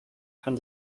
kann